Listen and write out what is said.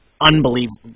unbelievable